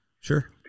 sure